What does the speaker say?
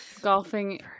Golfing